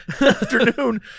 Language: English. afternoon